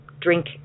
drink